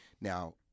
Now